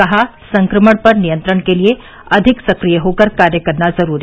कहा संक्रमण पर नियंत्रण के लिए अधिक सक्रिय होकर कार्य करना जरूरी